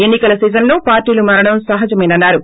ఎన్ని కల సీజన్లో పార్టీలు మారడం సహజమేనని అన్నారు